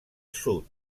sud